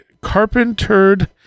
carpentered